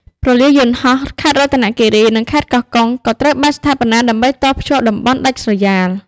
ព្រលានយន្តហោះខេត្តរតនគិរី និងខេត្តកោះកុង ក៏ត្រូវបានស្ថាបនាដើម្បីតភ្ជាប់តំបន់ដាច់ស្រយាល។